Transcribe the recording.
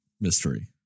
mystery